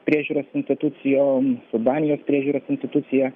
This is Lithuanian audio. priežiūros institucijom su danijos priežiūros institucija